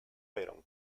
veron